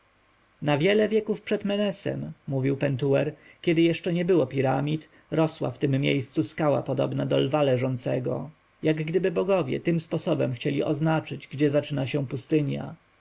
wiele wieków przed menesem mówił pentuer kiedy jeszcze nie było piramid rosła w tem miejscu skała podobna do lwa leżącego jakgdyby bogowie tym sposobem chcieli oznaczyć gdzie zaczyna się pustynia